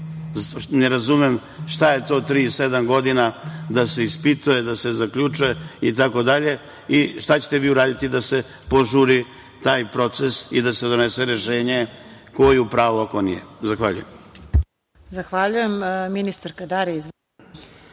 Ne razumem šta je to tri i sedam godina da se ispituje, da se zaključuje itd? Šta ćete vi uraditi da se požuri taj proces i da se donese rešenje ko je u pravu, a ko nije? Zahvaljujem.